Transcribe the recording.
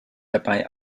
dabei